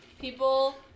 people